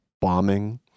bombing